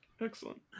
Excellent